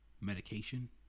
medication